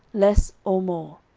less or more.